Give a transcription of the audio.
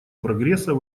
прогресса